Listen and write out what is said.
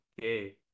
Okay